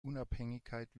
unabhängigkeit